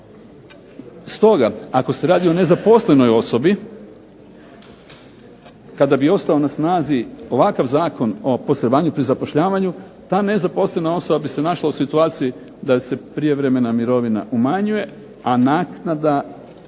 Stoga ako se radi o nezaposlenoj osobi, kada bi ostao na snazi ovakav Zakon o posredovanju pri zapošljavanju ta nezaposlena osoba bi se našla u situaciji, da joj se prijevremena mirovina umanjuje a naknada